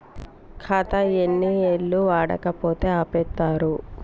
ఖాతా ఎన్ని ఏళ్లు వాడకపోతే ఆపేత్తరు?